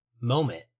moment